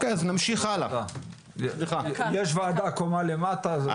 יש ועדה קומה למטה.